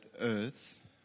earth